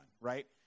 right